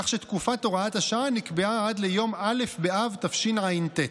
כך שתקופת הוראת השעה נקבעה עד ליום א' באב התשע"ט.